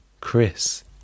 Chris